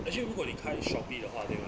actually 如果你开 Shopee 的话对 mah